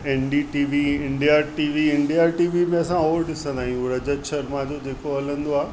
N D TV India TV India TV में असां हो ॾिसंदा आहियूं रजत शर्मा जो जेको हलंदो आहे